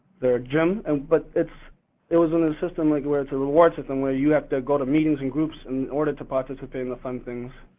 their gym, and but it was in a system, like where it's a reward system where you have to go to meetings and groups in order to participate in the fun things,